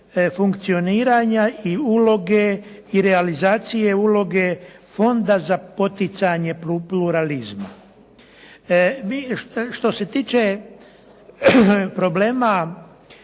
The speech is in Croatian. funkcioniranja i uloge i realizacije uloge Fonda za poticanje pluralizma. Vi što se tiče problema